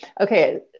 okay